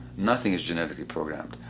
nothing is genetically programmed.